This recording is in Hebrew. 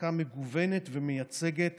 בהעסקה מגוונת ומייצגת